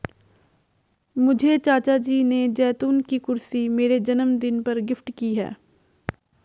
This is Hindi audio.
मुझे चाचा जी ने जैतून की कुर्सी मेरे जन्मदिन पर गिफ्ट की है